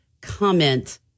comment